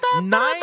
nine